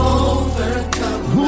overcome